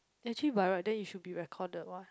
actually by right then it should be recorded [what]